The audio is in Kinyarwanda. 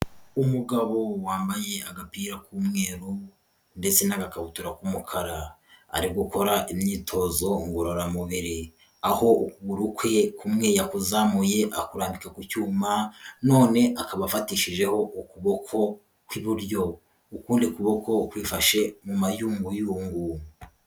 Umugabo wambaye agapira k'umweru ndetse n'agakabutura k'umukara. Ari gukora imyitozo ngororamubiri. Aho ukuguru kwe kumwe yakuzamuye akurambika ku cyuma, none akaba afatishijeho ukuboko kw'iburyo. Ukundi kuboko kwifashe mu mayunguyungu.